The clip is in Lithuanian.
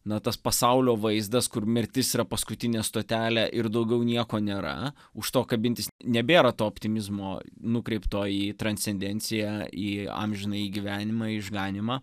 na tas pasaulio vaizdas kur mirtis yra paskutinė stotelė ir daugiau nieko nėra už to kabintis nebėra to optimizmo nukreipto į transcendenciją į amžinąjį gyvenimą į išganymą